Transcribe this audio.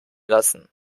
lassen